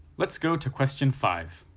let's go to question five.